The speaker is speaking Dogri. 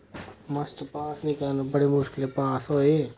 मास्टर पास निं करन बड़े मुश्कलें पास होए